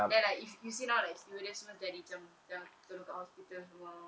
then like if you see now like stewardess semua jadi macam tolong kat hospital semua